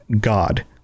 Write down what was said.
God